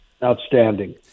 Outstanding